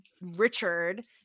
Richard